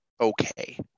okay